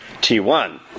T1